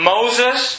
Moses